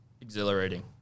exhilarating